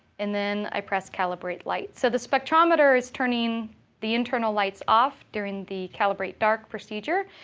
and then i press calibrate light. so the spectrometer is turning the internal lights off during the calibrate dark procedure,